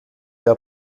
der